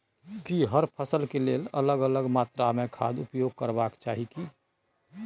की हर फसल के लेल अलग अलग मात्रा मे खाद उपयोग करबाक चाही की?